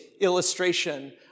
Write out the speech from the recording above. illustration